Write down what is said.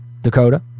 Dakota